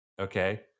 Okay